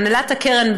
הנהלת הקרן,